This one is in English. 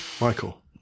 Michael